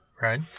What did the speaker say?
Right